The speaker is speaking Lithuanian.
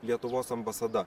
lietuvos ambasada